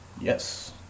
Yes